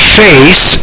face